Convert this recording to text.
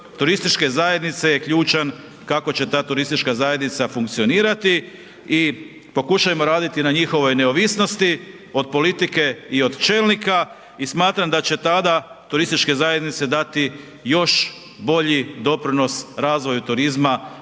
turističke zajednice je ključan kako će ta turistička zajednica funkcionirati i pokušajmo raditi na njihovoj neovisnosti od politike i od čelnika i smatram da će tada turističke zajednice dati još bolji doprinos razvoju turizma,